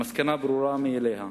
המסקנה ברורה מאליה: